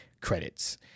credits